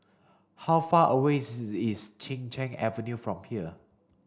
how far away is Chin Cheng Avenue from here